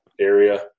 area